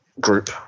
group